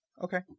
Okay